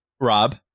Rob